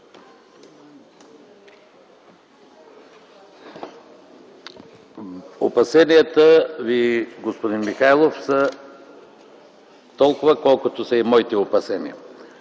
Опасенията Ви, господин Михайлов, са толкова, колкото са и моите.